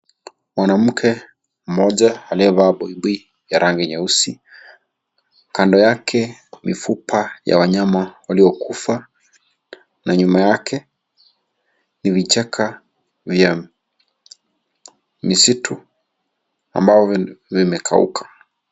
Manake mmoja aliyevaa buibui ya rangi nyeusi. Kando yake mifupa ya wanyama waliokufa, na nyuma yake ni vichaka uyemi ni msitu ambao limekauka.